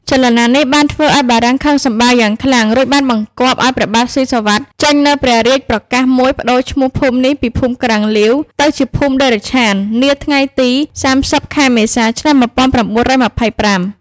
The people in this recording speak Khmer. ចលនានេះបានធ្វើឱ្យបារាំងខឹងសម្បារយ៉ាងខ្លាំង រួចបានបង្គាប់ឱ្យព្រះបាទស៊ីសុវត្ថិចេញនូវព្រះរាជប្រកាសមួយប្ដូរឈ្មោះភូមិនេះពីភូមិក្រាំងលាវ ទៅជាភូមិតិរិច្ឆាន នាថ្ងៃទី ៣០ ខែមេសា ឆ្នាំ ១៩២៥។